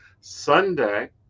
Sunday